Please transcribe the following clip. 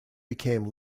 became